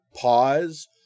pause